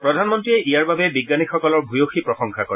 প্ৰধান মন্ত্ৰীয়ে ইয়াৰ বাবে বিজ্ঞানীসকলৰ ভূয়সী প্ৰশংসা কৰে